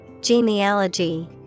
Genealogy